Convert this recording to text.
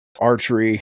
archery